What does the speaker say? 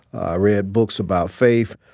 i read books about faith.